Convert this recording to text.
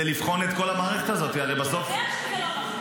עמית הלוי (הליכוד): כי תקציבית,